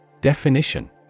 Definition